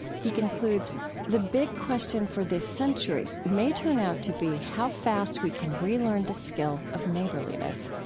he concludes the big question for this century may turn out to be how fast we can relearn the skill of neighborliness.